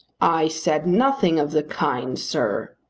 i said nothing of the kind, sir.